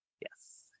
Yes